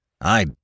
I